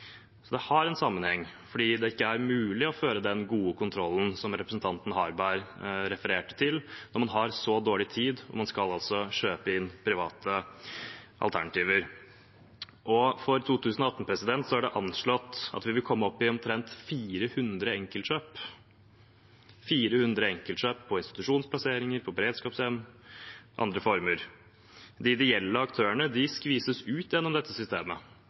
Det har en sammenheng, fordi det ikke er mulig å føre den gode kontrollen som representanten Harberg refererte til, når man har så dårlig tid og man skal kjøpe inn private alternativer. For 2018 er det anslått at vi vil komme opp i omtrent 400 enkeltkjøp. Det er 400 enkeltkjøp av plassering på institusjoner, i beredskapshjem og andre former. De ideelle aktørene skvises ut gjennom dette systemet